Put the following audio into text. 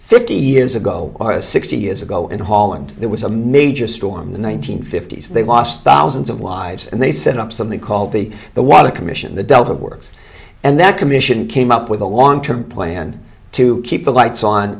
fifty years ago or a sixty years ago in the hall and there was a major storm the one nine hundred fifty s they lost thousands of lives and they set up something called the the water commission the delta works and that commission came up with a long term plan to keep the lights on